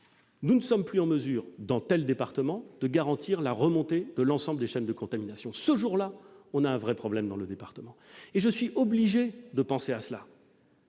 nous ne sommes plus en mesure, dans un tel département, de garantir la remontée de l'ensemble des chaînes de contamination. Ce jour-là, on a un vrai problème dans le département ! Je suis obligé d'y penser.